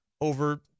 over